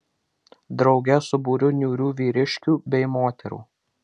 drauge su būriu niūrių vyriškių bei moterų